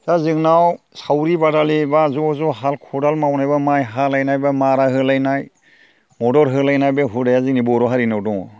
दा जोंनाव सावरि बादालि एबा ज' ज' हाल खदाल मावनाय एबा माइ हालायनाय एबा मारा होलायनाय मदद होलायनाय बे हुदाया जोंनि बर' हारिनाव दङ